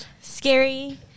scary